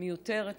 מיותרת הזאת,